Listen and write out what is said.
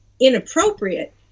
inappropriate